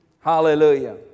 Hallelujah